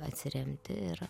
atsiremti ir